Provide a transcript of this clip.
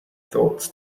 thoughts